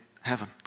heaven